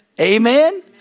Amen